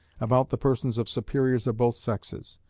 about the persons of superiors of both sexes,